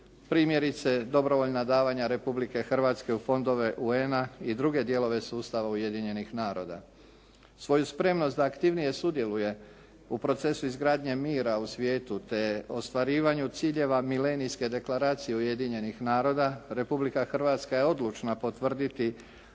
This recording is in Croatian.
Primjerice dobrovoljna davanja Republike Hrvatske u fondove UN-a i druge dijelove sustava Ujedinjenih Naroda. Svoju spremnost da aktivnije sudjeluje u procesu izgradnje mira u svijetu te ostvarivanju ciljeva Milenijske deklaracije Ujedinjenih naroda Republika Hrvatska je odlučna potvrditi